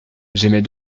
j’émets